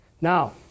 Now